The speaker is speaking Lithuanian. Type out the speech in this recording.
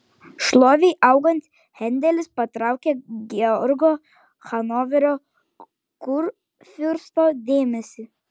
šlovei augant hendelis patraukė georgo hanoverio kurfiursto dėmesį